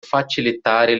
facilitare